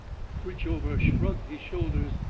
richover shrugged his shoulders.